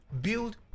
build